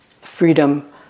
Freedom